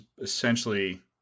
essentially